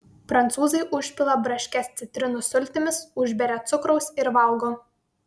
prancūzai užpila braškes citrinų sultimis užberia cukraus ir valgo